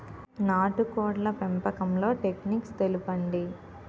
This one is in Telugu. నాటుకోడ్ల పెంపకంలో టెక్నిక్స్ తెలుపండి?